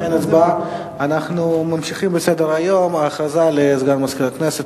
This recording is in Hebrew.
אנחנו ממשיכים בסדר-היום: הודעה לסגן מזכירת הכנסת.